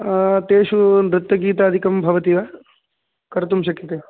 तेषु नृत्यगीतादिकं भवति वा कर्तुं शक्यते